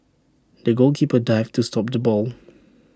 the goalkeeper dived to stop the ball